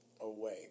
away